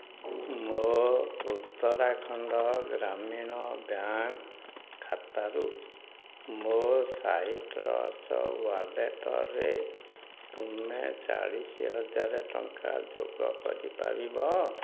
ମୋ ଉତ୍ତରାଖଣ୍ଡ ଗ୍ରାମୀଣ ବ୍ୟାଙ୍କ୍ ଖାତାରୁ ମୋ ସାଇଟ୍ ରସ ୱାଲେଟ୍ରେ ତୁମେ ଚାଳିଶି ହଜାର ଟଙ୍କା ଯୋଗ କରିପାରିବ